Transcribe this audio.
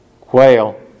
quail